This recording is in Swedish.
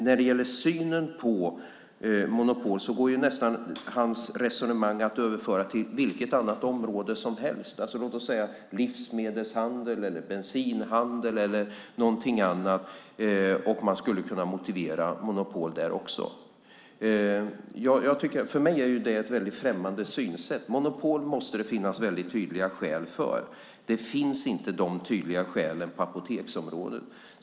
När det gäller synen på monopol går hans resonemang att överföra till nästan vilket område som helst, som livsmedelshandel eller bensinhandel och man skulle kunna motivera monopol där också. För mig är det ett främmande synsätt. Monopol måste det finnas tydliga skäl för. De tydliga skälen finns inte på apoteksområdet.